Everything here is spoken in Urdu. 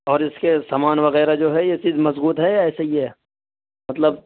اور اس کے سامان وغیرہ جو ہے یہ چیز مضبوط ہے یا ایسے ہی ہے مطلب